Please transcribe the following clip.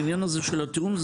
בעניין הזה של התיאום,